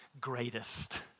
greatest